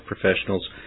professionals